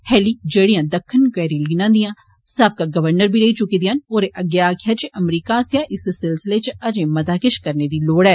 हैली जेड़िया दक्खनी केरोलिना दियां साबका गर्वनर बी रेई चुकी दियां न होरें अग्गे आक्खेया जे अमरीका आस्सेया इस सिलसिले च अजें मता किश करने दी लोड़ ऐ